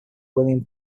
william